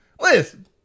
Listen